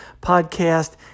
podcast